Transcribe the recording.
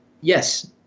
yes